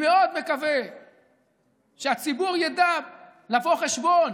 אני מאוד מקווה שהציבור ידע לבוא חשבון